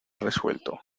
resuelto